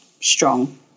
strong